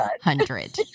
hundred